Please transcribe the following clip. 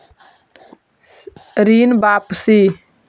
ऋण वापसी?